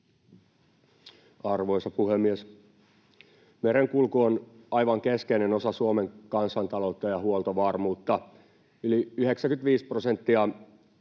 Arvoisa puhemies! Merenkulku on aivan keskeinen osa Suomen kansantaloutta ja huoltovarmuutta. Yli 95 prosenttia